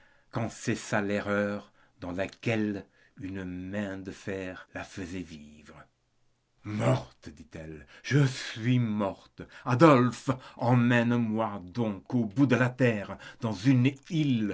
quand cessa l'erreur dans laquelle une main de fer la faisait vivre morte dit-elle je suis morte adolphe emmène-moi donc au bout de la terre dans une